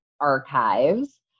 archives